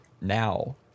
now